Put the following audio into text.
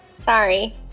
Sorry